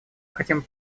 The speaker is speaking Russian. хотим